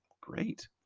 great